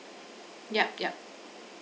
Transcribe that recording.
yup yup